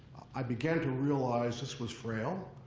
i began to realize this was frail.